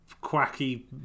Quacky